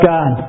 God